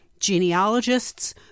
genealogists